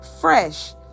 fresh